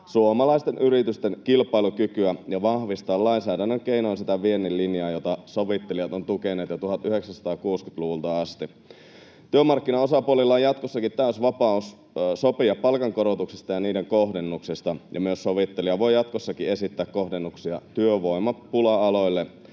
suomalaisten yritysten kilpailukykyä ja vahvistaa lainsäädännön keinoin sitä viennin linjaa, jota sovittelijat ovat tukeneet jo 1960-luvulta asti. Työmarkkinaosapuolilla on jatkossakin täysi vapaus sopia palkankorotuksista ja niiden kohdennuksesta, ja myös sovittelija voi jatkossakin esittää kohdennuksia työvoimapula-aloille